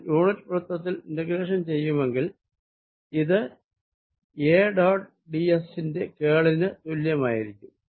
ഞാൻ യൂണിറ്റ് സർക്കിളിൽ ഇന്റഗ്രേഷൻ ചെയ്യുമെങ്കിൽ ഇത് A ഡോട്ട് d s ന്റെ കേളിന് തുല്യമായിരിക്കണം